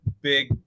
big